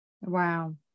Wow